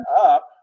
up